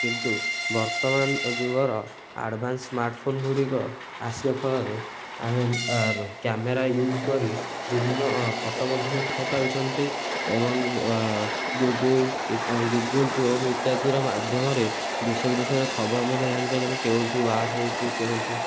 କିନ୍ତୁ ବର୍ତ୍ତମାନ ଯୁଗର ଆଡ଼ଭାନ୍ସ ସ୍ମାର୍ଟ ଫୋନ ଗୁଡ଼ିକ ଆସିବା ଫଳରେ ଆମେ କ୍ୟାମେରା ୟୁଜ୍ କରି ବିଭିନ୍ନ ଫଟୋ ମଧ୍ୟ ଉଠାଇ ପାରୁଛନ୍ତି ଏବଂ ଗୁଗଲ୍ ଗୁଗଲ୍ କ୍ରୋମ୍ ଇତ୍ୟାଦିର ମାଧ୍ୟମରେ ଦେଶ ବିଦେଶର ଖବର ମଧ୍ୟ ଜାଣିପାରୁଛନ୍ତି କେଉଁଠି ଓ୍ୱାର୍ ହେଉଛି କେଉଁଠି